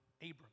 Abram